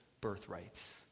birthrights